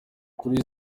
kuri